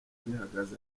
bihagaze